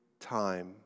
time